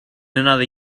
another